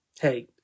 Hey